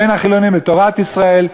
בין החילונים לתורת ישראל,